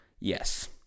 Yes